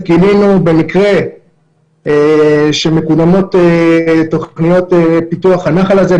גילינו במקרה שמקודמות תוכניות פיתוח הנחל הזה,